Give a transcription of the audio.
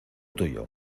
tuyo